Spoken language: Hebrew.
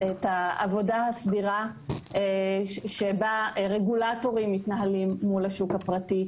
את העבודה הסדירה שבה רגולטורים מתנהלים מול השוק הפרטי,